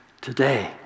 today